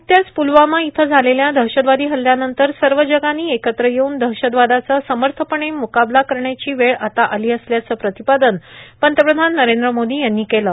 न्कत्याच प्लवामा इथं झालेल्या दहशतवादी हल्ल्यानंतर सर्व जगानी एकत्र येऊन दहशतवादाचा समर्थपणं म्काबला करण्याची वेळ आता आली असल्याचं प्रतिपादन पंतप्रधान नरेंद्र मोदी यांनी केलं